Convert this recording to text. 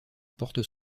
porte